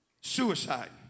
Suicide